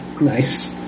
Nice